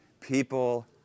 people